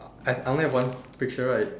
I I only have one picture right